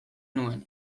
nuen